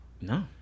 No